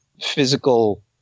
physical